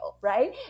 right